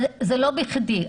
אבל זה לא בכדי.